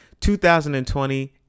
2020